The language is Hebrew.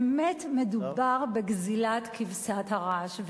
באמת מדובר בגזלת כבשת הרש.